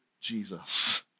Jesus